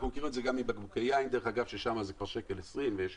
אנחנו מכירים את זה גם בבקבוקי יין ששם זה כבר 1.20 שקל ויותר.